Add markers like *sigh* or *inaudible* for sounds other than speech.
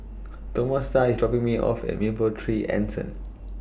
Tomasa IS dropping Me off At Mapletree Anson *noise*